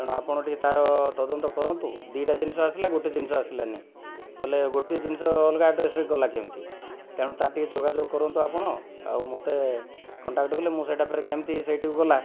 ତେଣୁ ଆପଣ ଟିକିଏ ତାର ତଦନ୍ତ କରନ୍ତୁ ଦୁଇଟା ଜିନିଷ ଆସିଲା ଗୋଟିଏ ଜିନିଷ ଆସିଲାନି ହେଲେ ଗୋଟିଏ ଜିନିଷ ଅଲଗା ଆଡ୍ରେସରେ ଗଲା କେମତି ତେଣୁ ତାର ଟିକିଏ ଯୋଗାଯୋଗ କରନ୍ତୁ ଆପଣ ଆଉ ମୋତେ କଣ୍ଟାକ୍ଟ ଦେଲେ ମୁଁ ସେଇଟା ଫେରେ କେମିତି ସେଇଠିକୁ ଗଲା